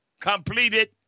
completed